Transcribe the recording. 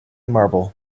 marble